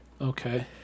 Okay